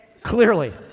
clearly